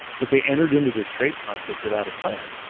but they entered into this trade conflict without a plan,